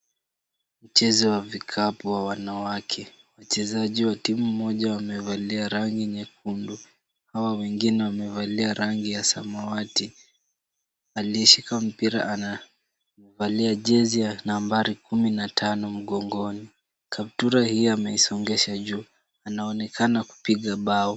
Mchezo wa vikapu wa wanawake. Wachezaji wa timu moja wamevalia rangi nyekundu hawa wengine wamevalia rangi ya samawati. Aliyeshika mpira anavalia jezi ya nambari kumi na tano mgongoni. Kaptura hii ameisongesha juu. Anaonekana kupiga bao.